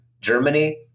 Germany